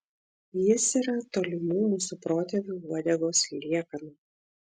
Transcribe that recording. jis yra tolimų mūsų protėvių uodegos liekana